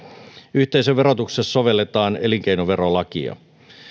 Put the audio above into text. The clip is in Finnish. yhteisön verotuksessa sovelletaan elinkeinoverolakia